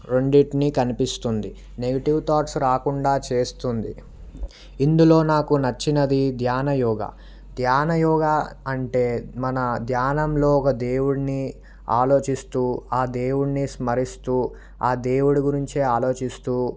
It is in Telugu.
రెండింటినీ కనిపిస్తుంది నెగటివ్ థాట్స్ రాకుండా చేస్తుంది ఇందులో నాకు నచ్చినది ధ్యాన యోగా ధ్యాన యోగా అంటే మన ధ్యానంలో ఒక దేవుడిని ఆలోచిస్తూ ఆ దేవుడినే స్మరిస్తూ ఆ దేవుడి గురించే ఆలోచిస్తూ